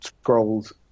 scrolls